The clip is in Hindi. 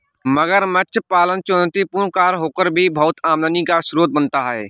मगरमच्छ पालन चुनौतीपूर्ण कार्य होकर भी बहुत आमदनी का स्रोत बनता है